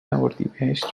اردیبهشت